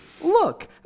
Look